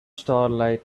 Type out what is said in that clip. starlight